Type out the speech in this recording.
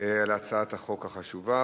על הצעת החוק החשובה.